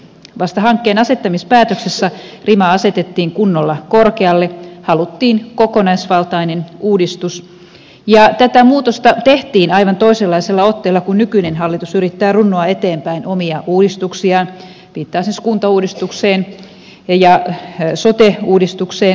vasta hankkeen asettamispäätöksessä rima asetettiin kunnolla korkealle haluttiin kokonaisvaltainen uudistus ja tätä muutosta tehtiin aivan toisenlaisella otteella kun nykyinen hallitus yrittää runnoa eteenpäin omia uudistuksiaan viittaan siis kuntauudistukseen ja sote uudistukseen